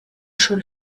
schon